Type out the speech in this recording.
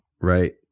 right